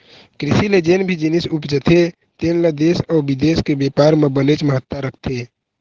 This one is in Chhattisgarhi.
कृषि ले जेन भी जिनिस उपजथे तेन ल देश अउ बिदेश के बेपार म बनेच महत्ता रखथे